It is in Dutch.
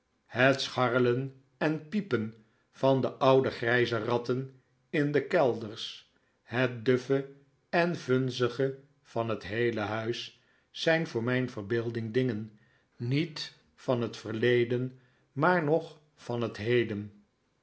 het scharrelen en piepen van de oude grijze ratten in de kelders het duffe en vunzige van het heele huis zijn voor mijn verbeelding dingen niet van het verleden maar nog van het heden